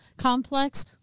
Complex